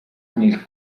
nel